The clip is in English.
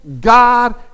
God